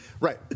Right